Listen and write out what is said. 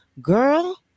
girl